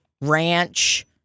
Ranch